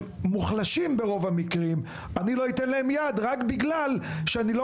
מוחלשים - ברוב המקרים אני לא אתן להם יד רק בגלל שאני לא